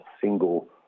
single